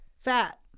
fat